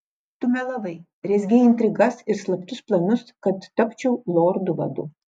tu melavai rezgei intrigas ir slaptus planus kad tapčiau lordu vadu